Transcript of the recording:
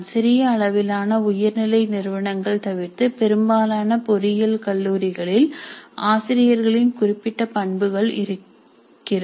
சிறிய அளவிலான உயர்நிலை நிறுவனங்கள் தவிர்த்து பெரும்பாலான பொறியியல் கல்லூரிகளில் ஆசிரியர்களின் குறிப்பிட்ட பண்புகள் இருக்கிறது